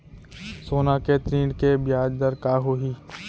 सोना के ऋण के ब्याज दर का होही?